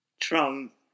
Trump